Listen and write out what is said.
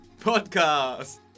podcast